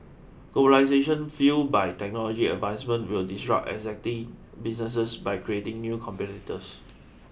globalisation fuelled by technology advancement will disrupt existing businesses by creating new competitors